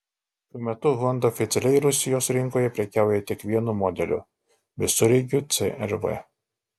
šiuo metu honda oficialiai rusijos rinkoje prekiauja tik vienu modeliu visureigiu cr v